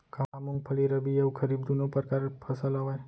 का मूंगफली रबि अऊ खरीफ दूनो परकार फसल आवय?